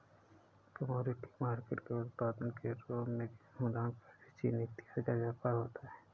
commodity market के उत्पाद के रूप में गेहूं धान कॉफी चीनी इत्यादि का व्यापार होता है